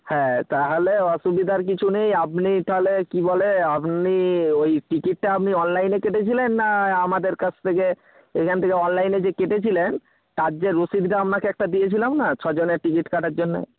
হ্যাঁ তাহলে অসুবিধার কিছু নেই আপনি তাহলে কী বলে আপনি ওই টিকিটটা আপনি অনলাইলে কেটেছিলেন না আমাদের কাছ থেকে এইখান থেকে অনলাইনে যে কেটেছিলেন তার যে রসিদটা আপনাকে একটা দিয়েছিলাম না ছজনের টিকিট কাটার জন্যে